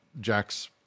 Jack's